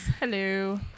Hello